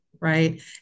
right